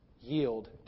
yield